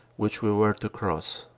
which we were to cross.